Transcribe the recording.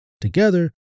Together